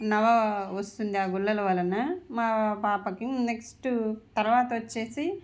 నవ వస్తుంది ఆ గుల్లల వలన మా పాపకి నెక్స్ట్ తరవాత వచ్చేసి